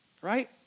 Right